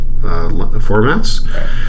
formats